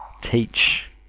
Teach